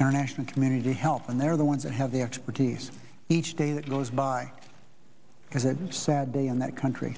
international community to help and they're the ones that have the expertise each day that goes by because it's a sad day in that country